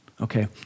Okay